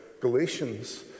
Galatians